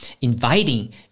inviting